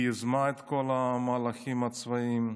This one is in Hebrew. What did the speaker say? היא יזמה את כל המהלכים הצבאיים,